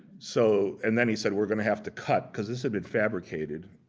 so, and then he said we're going to have to cut, because this had been fabricated.